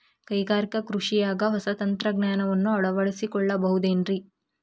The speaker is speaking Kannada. ಕೈಗಾರಿಕಾ ಕೃಷಿಯಾಗ ಹೊಸ ತಂತ್ರಜ್ಞಾನವನ್ನ ಅಳವಡಿಸಿಕೊಳ್ಳಬಹುದೇನ್ರೇ?